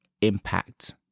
impact